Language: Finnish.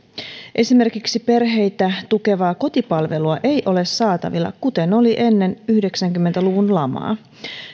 esimerkiksi perheitä tukevaa kotipalvelua ei ole saatavilla kuten oli ennen yhdeksänkymmentä luvun lamaa